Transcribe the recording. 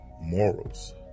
morals